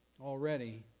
Already